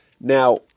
Now